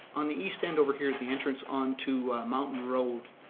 on the east end over here at the entrance onto mountain road.